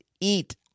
eat